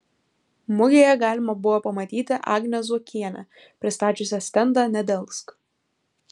mugėje galima buvo pamatyti agnę zuokienę pristačiusią stendą nedelsk